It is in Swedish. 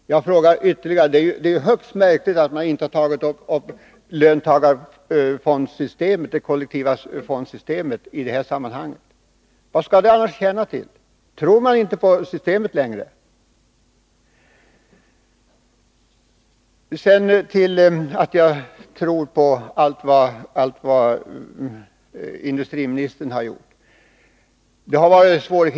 Det är högst märkligt att ni inte har tagit upp löntagarfondssystemet, det kollektiva fondsystemet, i detta sammanhang. Vad skall det annars tjäna till? Tror ni inte längre på systemet? Sedan till talet om att jag tror på allt vad industriministern har gjort.